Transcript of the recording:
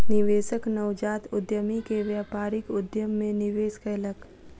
निवेशक नवजात उद्यमी के व्यापारिक उद्यम मे निवेश कयलक